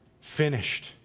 finished